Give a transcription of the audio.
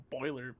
boiler